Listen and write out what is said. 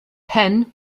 penn